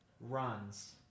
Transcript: Runs